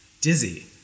Dizzy